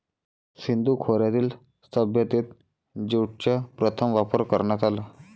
सिंधू खोऱ्यातील सभ्यतेत ज्यूटचा प्रथम वापर करण्यात आला